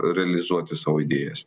realizuoti savo idėjas